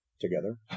together